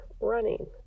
running